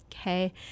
okay